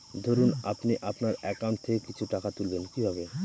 ধরুন আপনি আপনার একাউন্ট থেকে কিছু টাকা তুলবেন কিভাবে?